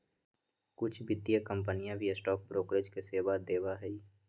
कुछ वित्तीय कंपनियन भी स्टॉक ब्रोकरेज के सेवा देवा हई